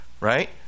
right